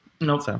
Nope